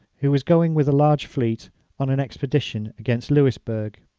who was going with a large fleet on an expedition against louisburgh.